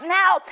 now